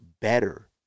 better